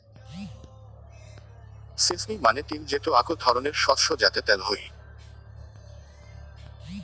sesame মানে তিল যেটো আক ধরণের শস্য যাতে ত্যাল হই